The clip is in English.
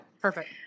perfect